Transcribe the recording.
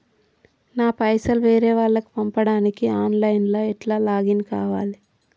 నా పైసల్ వేరే వాళ్లకి పంపడానికి ఆన్ లైన్ లా ఎట్ల లాగిన్ కావాలి?